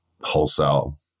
wholesale